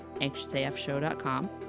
anxiousafshow.com